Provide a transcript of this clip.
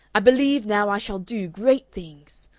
i believe now i shall do great things.